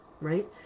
Right